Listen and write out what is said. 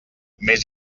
més